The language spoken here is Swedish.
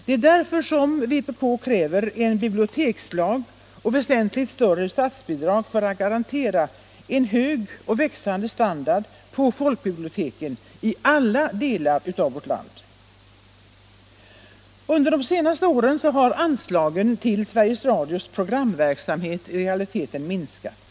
Det är därför vpk kräver en bibliotekslag och väsentligt större statsbidrag för att garantera en hög och växande standard på folkbiblioteken i alla delar av landet. Under de senaste åren har anslagen till Sveriges Radios programverksamhet i realiteten minskat.